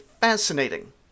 fascinating